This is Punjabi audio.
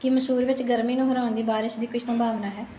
ਕੀ ਮੈਸੂਰ ਵਿੱਚ ਗਰਮੀ ਨੂੰ ਹਰਾਉਣ ਦੀ ਬਾਰਿਸ਼ ਦੀ ਕੋਈ ਸੰਭਾਵਨਾ ਹੈ